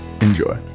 enjoy